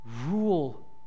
rule